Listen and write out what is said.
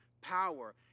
power